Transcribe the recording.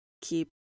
keep